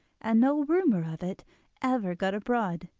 and no rumour of it ever got abroad.